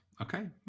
Okay